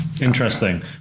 Interesting